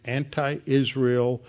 anti-Israel